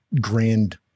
grand